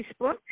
Facebook